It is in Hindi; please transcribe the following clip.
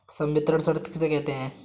संवितरण शर्त किसे कहते हैं?